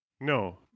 No